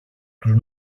τους